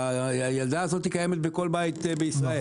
הילדה הזאת קיימת בכל בית בישראל.